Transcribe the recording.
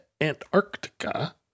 Antarctica